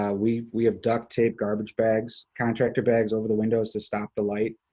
ah we we have duct taped garbage bags, contractor bags, over the windows to stop the light.